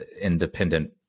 Independent